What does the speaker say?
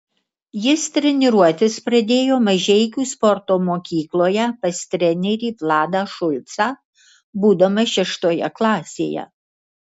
jis treniruotis pradėjo mažeikių sporto mokykloje pas trenerį vladą šulcą būdamas šeštoje klasėje